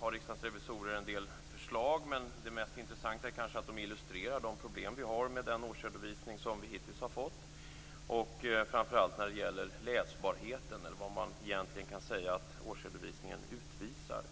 har Riksdagens revisorer en del förslag. Men det mest intressanta är kanske att man illustrerar de problem vi har med den årsredovisning som vi hittills har fått, framför allt när det gäller läsbarheten, vad man egentligen kan säga att årsredovisningen utvisar.